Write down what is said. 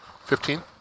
Fifteen